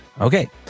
Okay